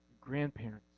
Grandparents